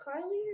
Carly